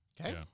Okay